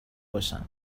باشن